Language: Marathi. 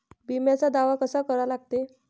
बिम्याचा दावा कसा करा लागते?